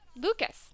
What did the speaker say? Lucas